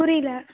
புரியல